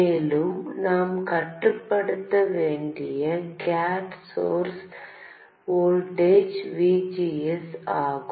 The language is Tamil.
மேலும் நாம் கட்டுப்படுத்த வேண்டியது கேட் சோர்ஸ் வோல்டேஜ் VGS ஆகும்